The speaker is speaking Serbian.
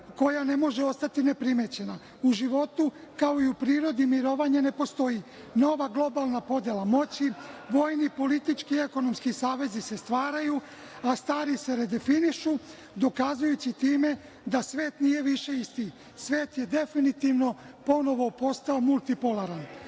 koja ne može ostati neprimećena. U životu, kao i u prirodi, mirovanja ne postoji. Nova globalna podela moći, vojni, politički i ekonomski savezi se stvaraju, a stari se redefinišu, dokazujući time da svet nije više isti. Svet je definitivno ponovo postao multipolaran. Naša